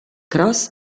cross